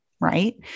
right